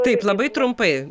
taip labai trumpai